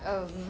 um